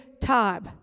time